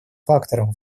фактором